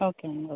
okay అండి okay